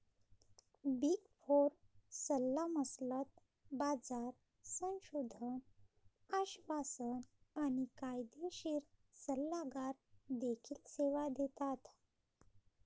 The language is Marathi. बिग फोर सल्लामसलत, बाजार संशोधन, आश्वासन आणि कायदेशीर सल्लागार देखील सेवा देतात